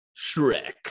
shrek